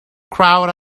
crowd